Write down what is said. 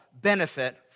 benefit